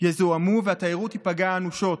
יזוהמו והתיירות תיפגע אנושות.